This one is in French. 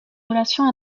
relations